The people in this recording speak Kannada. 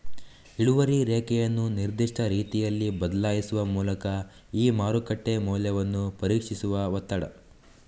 ಇಳುವರಿ ರೇಖೆಯನ್ನು ನಿರ್ದಿಷ್ಟ ರೀತಿಯಲ್ಲಿ ಬದಲಾಯಿಸುವ ಮೂಲಕ ಈ ಮಾರುಕಟ್ಟೆ ಮೌಲ್ಯವನ್ನು ಪರೀಕ್ಷಿಸುವ ಒತ್ತಡ